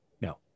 No